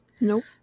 Nope